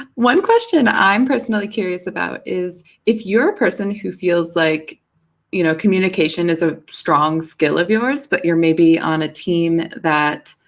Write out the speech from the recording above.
one question i'm personally curious about is if you're a person who feels like you know communication is a strong skill of yours but you're maybe on a team that,